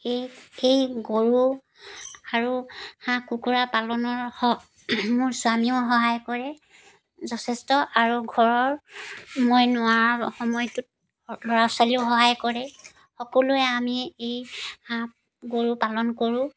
এই সেই গৰু আৰু হাঁহ কুকুৰা পালনৰ স মোৰ স্বামীয়েও সহায় কৰে যথেষ্ট আৰু ঘৰৰ মই নোৱাৰা সময়টোত ল'ৰা ছোৱালীয়েও সহায় কৰে সকলোৱে আমি এই হাঁহ গৰু পালন কৰোঁ